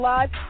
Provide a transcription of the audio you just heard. Live